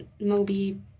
Moby